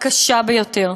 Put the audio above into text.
הקשה ביותר,